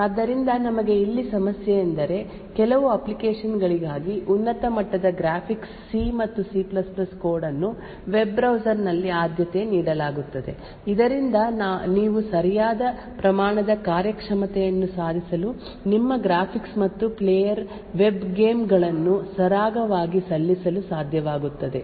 ಆದ್ದರಿಂದ ನಮಗೆ ಇಲ್ಲಿ ಸಮಸ್ಯೆ ಎಂದರೆ ಕೆಲವು ಅಪ್ಲಿಕೇಶನ್ ಗಳಿಗಾಗಿ ಉನ್ನತ ಮಟ್ಟದ ಗ್ರಾಫಿಕ್ಸ್ ಸಿ ಮತ್ತು ಸಿ C ಕೋಡ್ ಅನ್ನು ವೆಬ್ ಬ್ರೌಸರ್ ನಲ್ಲಿ ಆದ್ಯತೆ ನೀಡಲಾಗುತ್ತದೆ ಇದರಿಂದ ನೀವು ಸರಿಯಾದ ಪ್ರಮಾಣದ ಕಾರ್ಯಕ್ಷಮತೆಯನ್ನು ಸಾಧಿಸಲು ನಿಮ್ಮ ಗ್ರಾಫಿಕ್ಸ್ ಮತ್ತು ಪ್ಲೇಯರ್ ವೆಬ್ ಗೇಮ್ ಗಳನ್ನು ಸರಾಗವಾಗಿ ಸಲ್ಲಿಸಲು ಸಾಧ್ಯವಾಗುತ್ತದೆ